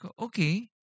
Okay